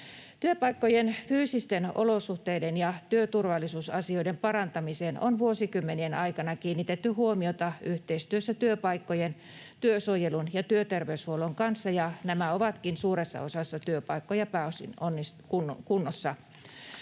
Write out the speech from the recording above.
Työpaikkojen fyysisten olosuhteiden ja työturvallisuusasioiden parantamiseen on vuosikymmenien aikana kiinnitetty huomiota yhteistyössä työpaikkojen, työsuojelun ja työterveyshuollon kanssa, ja nämä ovatkin suuressa osassa työpaikkoja pääosin kunnossa.